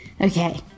okay